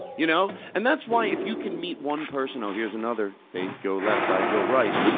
you know. and that's why if you can meet one person oh, here's another, they go left, i go right,